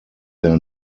their